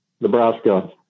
Nebraska